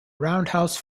roundhouse